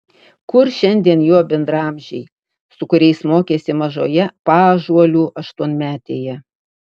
kur šiandien jo bendraamžiai su kuriais mokėsi mažoje paąžuolių aštuonmetėje